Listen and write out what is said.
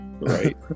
Right